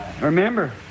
Remember